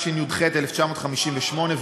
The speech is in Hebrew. התשי"ח 1958,